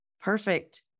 perfect